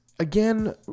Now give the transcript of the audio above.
Again